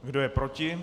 Kdo je proti?